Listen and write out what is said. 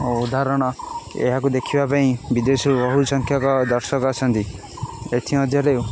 ଓ ଉଦାହରଣ ଏହାକୁ ଦେଖିବା ପାଇଁ ବିଦେଶରୁ ବହୁ ସଂଖ୍ୟକ ଦର୍ଶକ ଆସନ୍ତି ଏଥି ମଧ୍ୟରେ